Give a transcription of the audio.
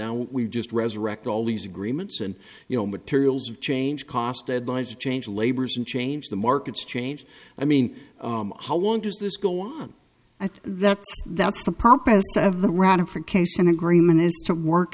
now we've just resurrect all these agreements and you know materials have changed costed buys change labors and change the markets change i mean how long does this go on and that that's the purpose of the ratification agreement is to work